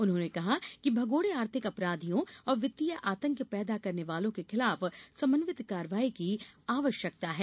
उन्होंने कहा कि भगोड़े आर्थिक अपराधियों और वित्तीय आतंक पैदा करने वालों के खिलाफ समन्वित कार्रवाई की आवश्यकता है